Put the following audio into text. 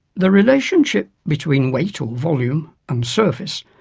the relationship between weight, or volume, and surface,